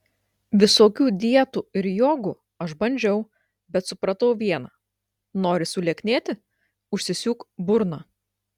visokių dietų ir jogų aš bandžiau bet supratau viena nori sulieknėti užsisiūk burną